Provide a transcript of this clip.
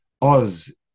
oz